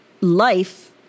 life